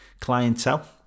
clientele